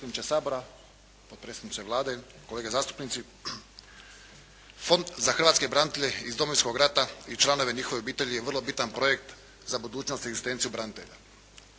potpredsjednice Vlade, kolege zastupnici. Fond za hrvatske branitelje iz Domovinskog rata i članova njihovih obitelji je vrlo bitan projekt za budućnost i egzistenciju branitelja.